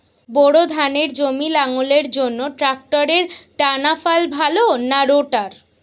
Bore ধানের জমি লাঙ্গলের জন্য ট্রাকটারের টানাফাল ভালো না রোটার?